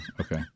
Okay